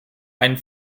ein